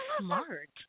smart